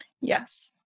Yes